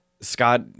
Scott